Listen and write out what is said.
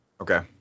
Okay